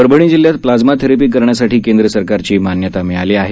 परभणी जिल्ह्यात plasma therapy करण्यासाठी केंद्रसरकारची मान्यता मिळाली आहे